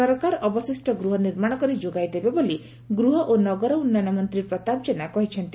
ସରକାର ଅବଶିଷ୍ ଗୃହ ନିର୍ମାଣ କରି ଯୋଗାଇ ଦେବେ ବୋଲି ଗୃହ ଓ ନଗର ଉନ୍ୟୟନ ମନ୍ତୀ ପ୍ରତାପ ଜେନା କହିଛନ୍ତି